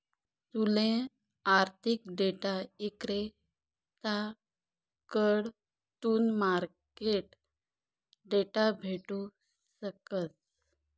तूले आर्थिक डेटा इक्रेताकडथून मार्केट डेटा भेटू शकस